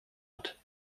hat